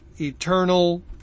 eternal